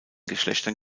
geschlechtern